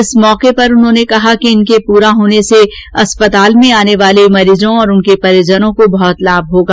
इस अवसर पर उन्होंने कहा कि इनके पूरा होने से अस्पताल में आने वाले मरीजों और उनके परिजनों को बहुत लाभ होगा